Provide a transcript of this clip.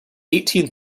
eighteen